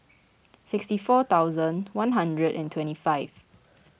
sixty four thousand one hundred and twenty five